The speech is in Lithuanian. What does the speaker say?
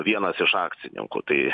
vienas iš akcininkų tai